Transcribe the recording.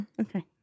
Okay